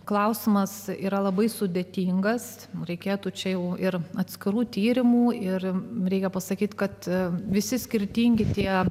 klausimas yra labai sudėtingas reikėtų čia jau ir atskirų tyrimų ir reikia pasakyti kad visi skirtingi tie